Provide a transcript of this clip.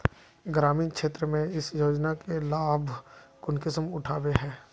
ग्रामीण क्षेत्र में इस योजना के लाभ कुंसम उठावे है?